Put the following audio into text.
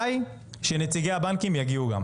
כדאי שנציגי הבנקים גם יגיעו.